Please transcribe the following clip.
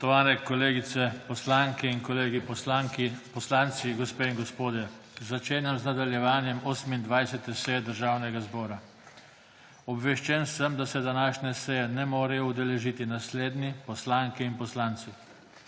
Spoštovani kolegice poslanke in kolegi poslanci, gospe in gospodje! Začenjam nadaljevanje 28. seje Državnega zbora. Obveščen sem, da se današnje seje ne morejo udeležiti naslednji poslanke in poslanci: